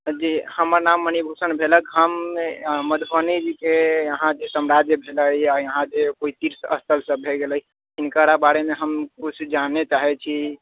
जी हमर नाम मणिभूषण भेलक हम मधुबनी जीकेँ अहाँके साम्राज्य छै या इहाँ जे कोइ तीर्थ स्थल सभ भै गेलै तिनकरा बारेमे हम किछु जानैत अछि